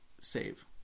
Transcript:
save